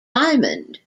diamond